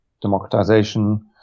democratization